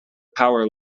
power